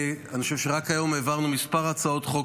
אני חושב שרק היום העברנו מספר הצעות חוק